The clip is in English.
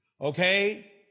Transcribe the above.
okay